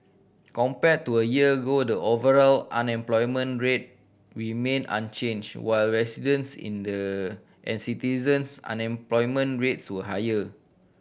compared to a year ago the overall unemployment rate remained unchanged while residents in the and citizens unemployment rates were higher